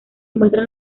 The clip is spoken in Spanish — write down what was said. muestran